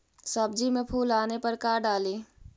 सब्जी मे फूल आने पर का डाली?